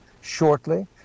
shortly